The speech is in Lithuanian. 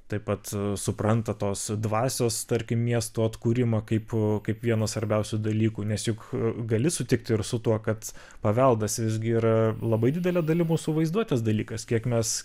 taip pat supranta tos dvasios tarkim miestų atkūrimą kaip kaip vieną svarbiausių dalykų nes juk gali sutikti ir su tuo kad paveldas visgi yra labai didele dalim mūsų vaizduotės dalykas kiek mes